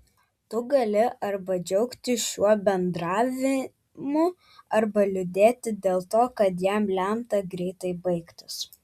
tu gali arba džiaugtis šiuo bendravimu arba liūdėti dėl to kad jam lemta greitai baigtis